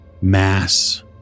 mass